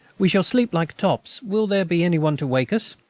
we shall sleep like tops. will there be any one to wake us?